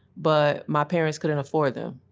but my parents couldn't afford them.